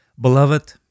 Beloved